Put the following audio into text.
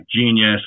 Genius